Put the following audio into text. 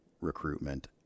recruitment